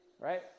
right